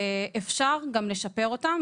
אפשר גם לשפר אותם.